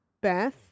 Beth